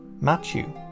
Matthew